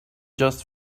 just